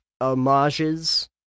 homages